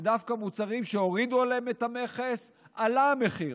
שדווקא במוצרים שהורידו עליהם את המכס עלה המחיר.